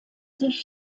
sich